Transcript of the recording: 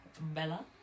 Bella